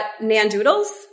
N-A-N-Doodles